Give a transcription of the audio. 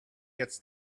gets